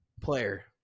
player